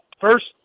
first